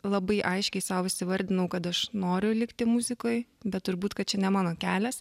labai aiškiai sau įsivardinau kad aš noriu likti muzikoj bet turbūt kad čia ne mano kelias